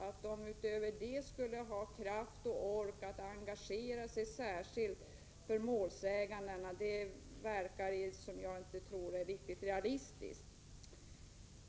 Att det då skulle finnas kraft att särskilt engagera sig för målsägandena verkar inte vara realistiskt.